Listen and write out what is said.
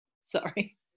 Sorry